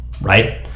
right